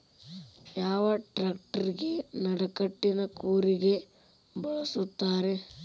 ಯಾವ ಟ್ರ್ಯಾಕ್ಟರಗೆ ನಡಕಟ್ಟಿನ ಕೂರಿಗೆ ಬಳಸುತ್ತಾರೆ?